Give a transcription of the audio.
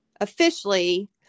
officially